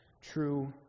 true